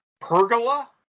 pergola